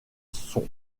sont